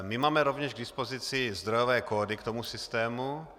My máme rovněž k dispozici zdrojové kódy k tomu systému.